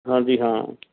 ਹਾਂਜੀ ਹਾਂ